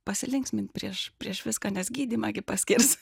pasilinksmint prieš prieš viską nes gydymą gi paskirs